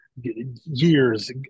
years